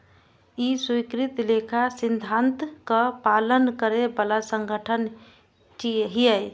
ई स्वीकृत लेखा सिद्धांतक पालन करै बला संगठन छियै